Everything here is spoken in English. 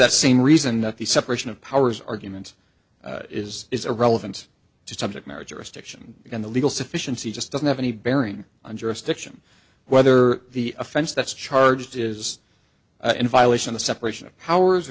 that same reason that the separation of powers argument is irrelevant to subject marriage or restriction on the legal sufficiency just doesn't have any bearing on jurisdiction whether the offense that's charged is in violation of separation of powers